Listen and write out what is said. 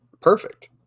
Perfect